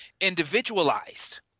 individualized